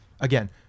Again